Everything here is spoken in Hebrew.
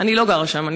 אני לא גרה שם.